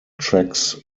tracks